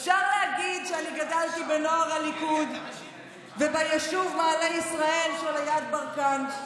אפשר להגיד שאני גדלתי בנוער הליכוד וביישוב מעלה ישראל שליד ברקן.